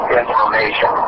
information